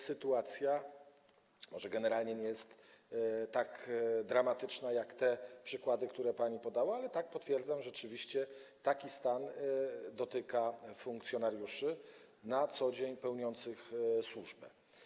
Sytuacja może generalnie nie jest tak dramatyczna jak te przykłady, które pani podała, ale potwierdzam, że rzeczywiście taki stan dotyka funkcjonariuszy na co dzień pełniących służbę.